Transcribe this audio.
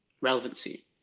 relevancy